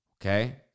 Okay